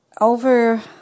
Over